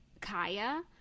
Kaya